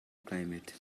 climate